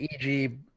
eg